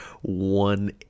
one